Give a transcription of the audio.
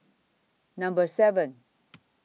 Number seven